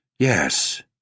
Yes